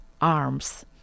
arms